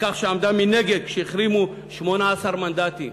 מכך שעמדה מנגד כשהחרימו 18 מנדטים.